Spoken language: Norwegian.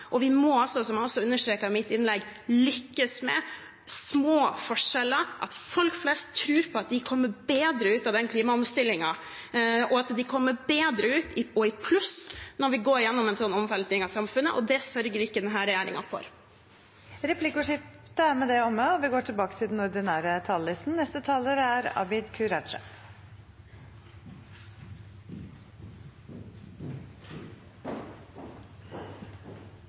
fram. Vi må altså, som jeg også understreket i mitt innlegg, lykkes med små forskjeller, at folk flest tror på at de kommer bedre ut av den klimaomstillingen, og at de kommer bedre ut og i pluss når vi går gjennom en slik omveltning av samfunnet. Det sørger ikke denne regjeringen for. Replikkordskiftet er omme. Jeg fikk ikke deltatt i budsjettdebatten forrige mandag, av ulike årsaker, men jeg fulgte deler av den på nett-tv. Også den debatten som vi er vitne til i dag, er